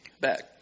back